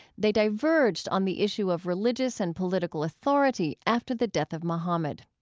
they diverged on the issue of religious and political authority after the death of muhammad.